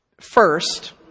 first